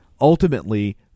ultimately